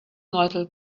neutral